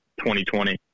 2020